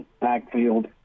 backfield